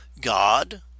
God